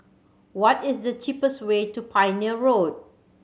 what is the cheapest way to Pioneer Road